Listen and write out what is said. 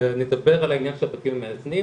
נדבר על העניין של בתים מאזנים.